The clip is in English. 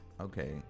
okay